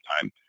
time